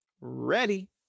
Ready